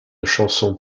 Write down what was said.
chansons